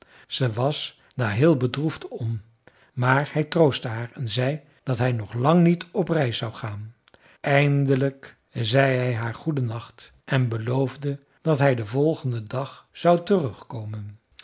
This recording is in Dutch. ze was daar heel bedroefd om maar hij troostte haar en zei dat hij nog lang niet op reis zou gaan eindelijk zei hij haar goedennacht en beloofde dat hij den volgenden dag zou terugkomen